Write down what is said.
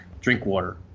Drinkwater